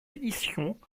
éditions